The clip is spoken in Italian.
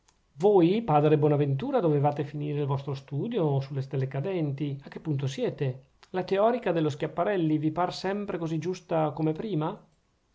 voi padre bonaventura dovevate finire il vostro studio sulle stelle cadenti a che punto siete la teorica dello schiaparelli vi par sempre così giusta come prima